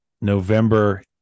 November